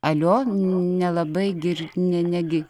alio nelabai gird ne ne gi